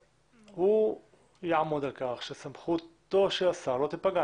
והוא יעמוד על כך שסמכותו של השר לא תיפגע.